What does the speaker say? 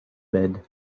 bed